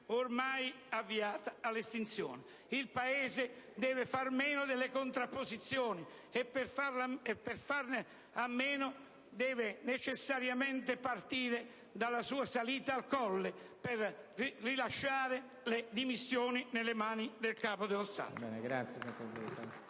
ormai avviato all'estinzione. Il Paese deve fare a meno delle contrapposizioni, e per farne a meno deve necessariamente partire dalla sua salita al Colle per rassegnare le dimissioni nelle mani del Capo dello Stato.